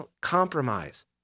Compromise